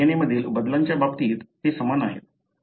DNA मधील बदलाच्या बाबतीत ते समान आहे